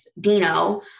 Dino